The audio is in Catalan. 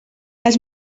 els